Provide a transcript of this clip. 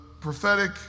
prophetic